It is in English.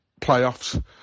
playoffs